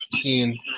seeing